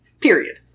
Period